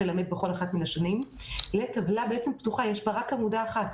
ללמד בכל אחת מן השנים לטבלה פתוחה שיש בה רק עמודה אחת.